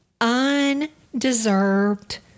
Undeserved